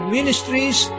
Ministries